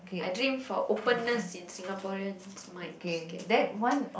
I dream for openness in Singaporeans mind okay